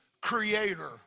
creator